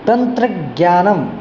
तन्त्रज्ञानं